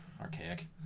archaic